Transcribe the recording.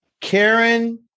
Karen